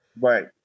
Right